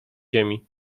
ziemi